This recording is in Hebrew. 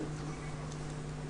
והרווחה בבקשה.